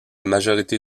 majorité